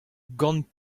gant